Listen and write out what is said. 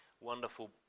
wonderful